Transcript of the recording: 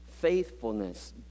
faithfulness